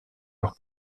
leurs